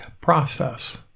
process